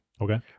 Okay